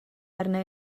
arna